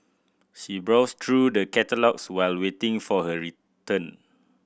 she browsed through the catalogues while waiting for her return